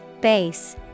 Base